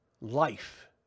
life